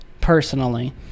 personally